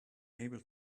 able